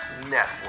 Network